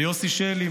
ליוסי שלי,